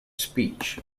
speech